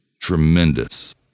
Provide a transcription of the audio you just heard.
tremendous